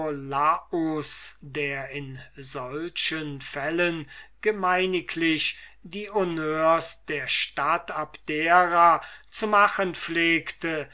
der in solchen fällen gemeiniglich die honneurs der stadt abdera zu machen pflegte